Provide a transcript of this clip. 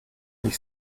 ich